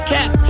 Cap